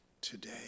today